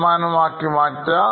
ശതമാനം ആക്കി മാറ്റാം